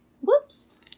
Whoops